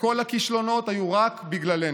וכל הכישלונות היו רק בגללנו,